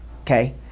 okay